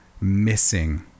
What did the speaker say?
Missing